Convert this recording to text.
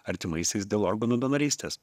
artimaisiais dėl organų donorystės